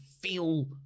feel